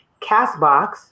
CastBox